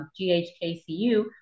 GHKCU